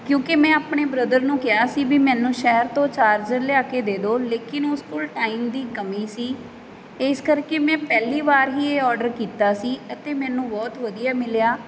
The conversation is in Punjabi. ਕਿਉਂਕਿ ਮੈਂ ਆਪਣੇ ਬ੍ਰਦਰ ਨੂੰ ਕਿਹਾ ਸੀ ਵੀ ਮੈਨੂੰ ਸ਼ਹਿਰ ਤੋਂ ਚਾਰਜਰ ਲਿਆ ਕੇ ਦੇ ਦਿਉ ਲੇਕਿਨ ਉਸ ਕੋਲ ਟਾਈਮ ਦੀ ਕਮੀ ਸੀ ਇਸ ਕਰਕੇ ਮੈਂ ਪਹਿਲੀ ਵਾਰ ਹੀ ਇਹ ਆਰਡਰ ਕੀਤਾ ਸੀ ਅਤੇ ਮੈਨੂੰ ਬਹੁਤ ਵਧੀਆ ਮਿਲਿਆ